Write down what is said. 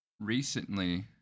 recently